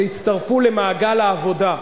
שהצטרפו למעגל העבודה.